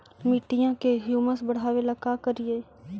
मिट्टियां में ह्यूमस बढ़ाबेला का करिए?